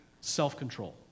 self-control